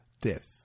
death